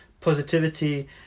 positivity